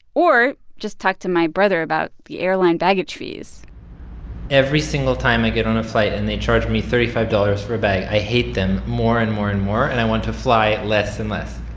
or just talk to my brother about the airline baggage fees every single time get on a flight and they charge me thirty five dollars for a bag, i hate them more and more and more and i want to fly less and less.